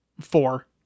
four